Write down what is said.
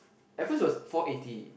at first was four eighty